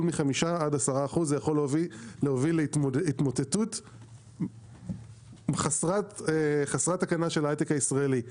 מ-5% עד 10%. זה יכול להוביל להתמוטטות חסרת תקנה של ההייטק הישראלי.